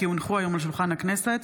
כי הונחו היום על שולחן הכנסת,